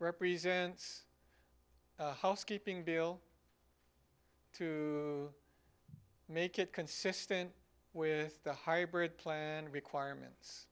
represents housekeeping bill to make it consistent with the hybrid plan requirements